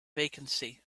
vacancy